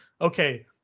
okay